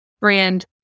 brand